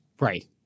Right